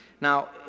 Now